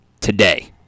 today